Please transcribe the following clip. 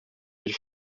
eût